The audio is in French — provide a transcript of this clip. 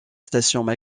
station